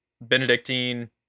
Benedictine